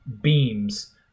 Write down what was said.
beams